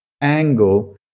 angle